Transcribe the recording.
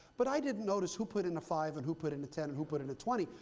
but i didn't notice who put in a five and who put in the ten, and who put in the twenty.